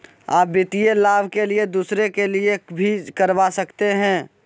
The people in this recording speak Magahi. आ वित्तीय लाभ के लिए दूसरे के लिए भी करवा सकते हैं?